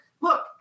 look